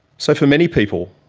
so for many people,